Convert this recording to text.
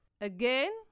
Again